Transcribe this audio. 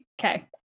Okay